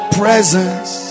presence